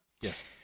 Yes